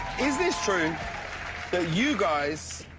is this true that you guys